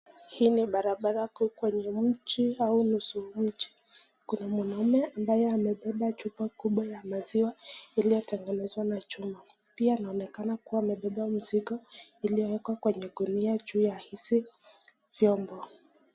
Hii ni barabara kuu kwenye mji au nusu mji. Kuna mwanaume ambaye amebeba chupa kubwa ya maziwa iliyotengenezwa na chuma, pia anaonekana kuwa amebeba mzigo iliyokuwa kwenye gunia juu ya hizi vyombo.